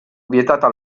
vietata